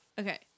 Okay